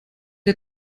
der